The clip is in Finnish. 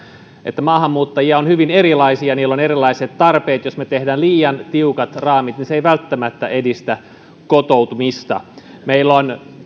että maahanmuuttajia on hyvin erilaisia heillä on erilaiset tarpeet jos me teemme liian tiukat raamit niin se ei välttämättä edistä kotoutumista meillä on